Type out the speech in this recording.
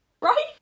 Right